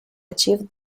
achieve